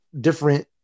different